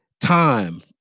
time